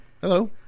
Hello